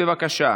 בבקשה.